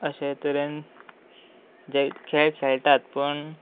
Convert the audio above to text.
अशे तरेन जे खेळ खेळटात पूण